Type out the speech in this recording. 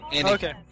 Okay